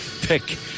pick